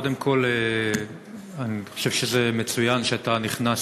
קודם כול אני חושב שזה מצוין שאתה נכנס